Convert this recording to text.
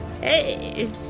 Hey